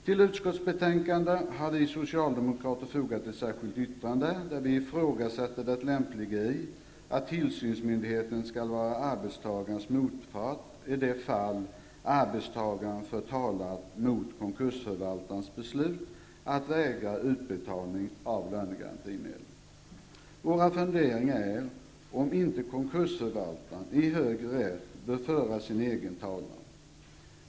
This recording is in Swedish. Till utskottsbetänkandet har vi socialdemokrater fogat ett särskilt yttrande, där vi ifrågasätter det lämpliga i att tillsynsmyndigheten skall vara arbetstagarens motpart i de fall arbetstagaren för talan mot konkursförvaltarens beslut att vägra utbetalning av lönegarantimedel. Våra funderingar är om inte konkursförvaltaren bör föra sin egen talan i högre rätt.